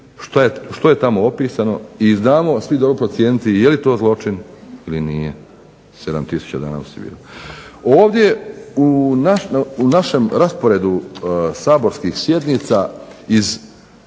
što je tamo opisano i znamo svi dobro procijeniti je li to zločin ili nije. 7000 dana u Sibiru. Ovdje u našem rasporedu saborskih sjednica iz